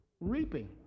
reaping